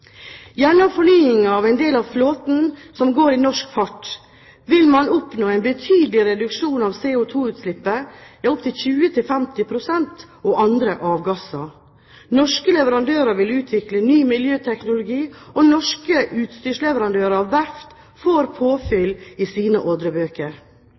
Gjennom fornying av den del av flåten som går i norsk fart, vil man oppnå en betydelig reduksjon av CO2-utslippet – opp til 20–50 pst. – og andre avgasser. Norske leverandører vil utvikle ny miljøteknologi, og norske utstyrsleverandører og verft får